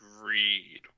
read